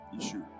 issue